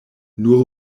nur